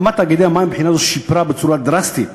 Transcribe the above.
הקמת תאגידי המים מהבחינה הזאת שיפרה בצורה דרמטית